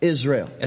Israel